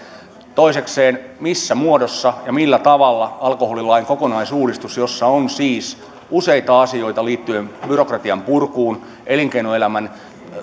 toisekseen missä muodossa ja millä tavalla toteutetaan alkoholilain kokonaisuudistus siinä on siis useita asioita liittyen byrokratian purkuun elinkeinoelämän